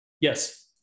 Yes